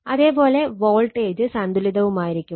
അതേ പോലെ വോൾട്ടേജ് സന്തുലിതവുമായിരിക്കും